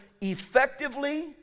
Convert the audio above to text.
effectively